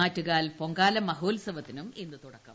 ആറ്റുകാൽ പൊങ്കാല മഹോൽസവത്തിന് ഇന്ന് തുടക്കം